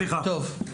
סליחה.